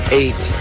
eight